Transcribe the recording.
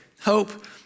hope